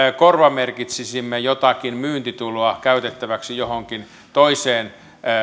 korvamerkitsisimme jotakin myyntituloa käytettäväksi johonkin toiseen